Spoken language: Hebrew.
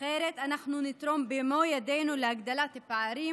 אחרת אנחנו נתרום במו ידינו להגדלת הפערים